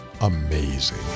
amazing